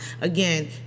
Again